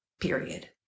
Period